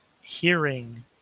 hearing